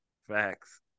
Facts